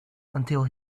until